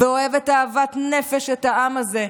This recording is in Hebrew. ואוהבת אהבת נפש את העם הזה,